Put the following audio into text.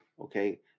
Okay